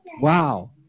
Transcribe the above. Wow